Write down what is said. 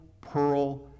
pearl